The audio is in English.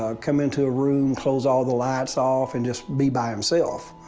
ah come into a room close all the lights off and just be by himself.